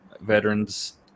veterans